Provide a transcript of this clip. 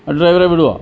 ഡ്രൈവറെ വിടുമോ